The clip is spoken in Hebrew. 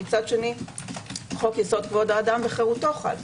מצד שני, חוק יסוד: כבוד האדם וחירותו חל.